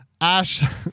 Ash